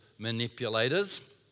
manipulators